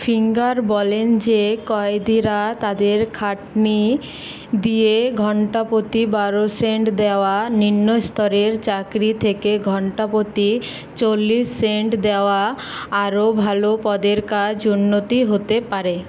finger বলেন যে কয়েদিরা তাদের খাটনি দিয়ে ঘন্টাপ্রতি বারো সেন্ট দেওয়া নিম্নস্তরের চাকরি থেকে ঘন্টাপ্রতি চল্লিশ সেন্ট দেওয়া আরও ভাল পদের কাজ উন্নীত হতে পারে